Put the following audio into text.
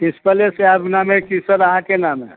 प्रिन्सपले साहेबके नामे कि सर अहाँके नामे